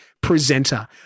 presenter